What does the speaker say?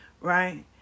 right